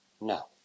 No